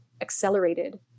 accelerated